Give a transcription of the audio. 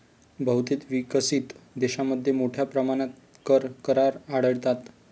बहुतेक विकसित देशांमध्ये मोठ्या प्रमाणात कर करार आढळतात